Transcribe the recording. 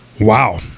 Wow